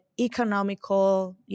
economical